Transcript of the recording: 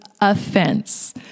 offense